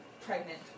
pregnant